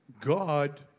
God